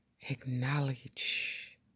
acknowledge